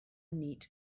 neat